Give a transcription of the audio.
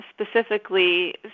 specifically